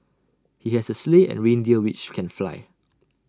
he has A sleigh and reindeer which can fly